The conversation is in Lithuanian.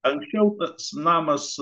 anksčiau pats namas